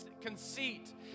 conceit